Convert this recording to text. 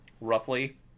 roughly